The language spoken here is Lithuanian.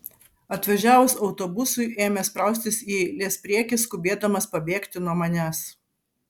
atvažiavus autobusui ėmė spraustis į eilės priekį skubėdamas pabėgti nuo manęs